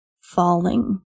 falling